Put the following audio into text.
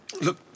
Look